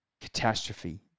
catastrophe